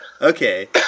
Okay